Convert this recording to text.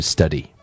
Study